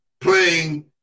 playing